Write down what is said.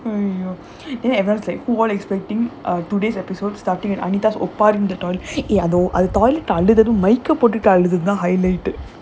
!aiya! then everyone's like all expecting uh today's episode starting with anita's oppari highlight